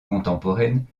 contemporaine